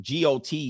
GOT